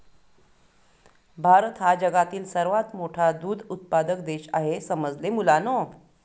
भारत हा जगातील सर्वात मोठा दूध उत्पादक देश आहे समजले मुलांनो